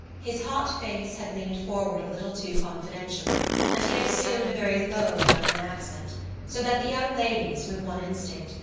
his hot face had leaned forward a little too confidentially and he had assumed a very low dublin accent so that the young ladies, with one instinct,